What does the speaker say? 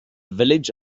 village